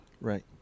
right